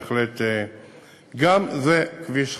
בהחלט, גם זה כביש חשוב.